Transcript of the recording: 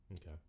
Okay